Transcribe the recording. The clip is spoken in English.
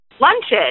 lunches